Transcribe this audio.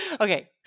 Okay